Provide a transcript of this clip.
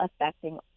affecting